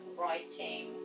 writing